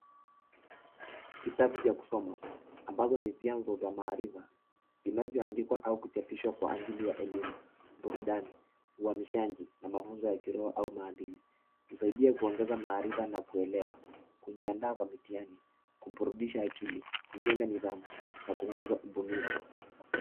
Vitabu vya kusoma ambazo ni vyanzo za maarifa vinavyoandikwa au kuchapishwa kwa ajili ya elimu, burudani, uhamishaji, na mafunzo ya kiroho au maadili. Husaidia kuongeza maarifa na kuelewa. Kujiandaa kwa mitihani, kuburudisha akili, kujenga nidhamu na kuguza ubunifu.